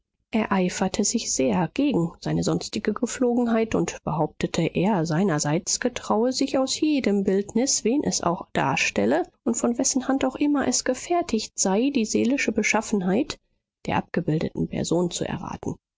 ereiferte sich sehr gegen seine sonstige gepflogenheit und behauptete er seinerseits getraue sich aus jedem bildnis wen es auch darstelle und von wessen hand auch immer es gefertigt sei die seelische beschaffenheit der abgebildeten person zu erraten